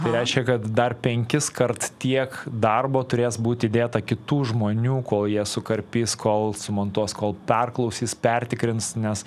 tai reiškia kad dar penkiskart tiek darbo turės būti įdėta kitų žmonių kol jie sukarpys kol sumontuos kol perklausys pertikrins nes